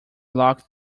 locked